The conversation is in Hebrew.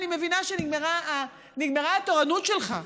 אני מבינה שנגמרה התורנות שלך,